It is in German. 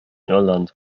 irland